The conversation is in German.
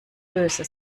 böse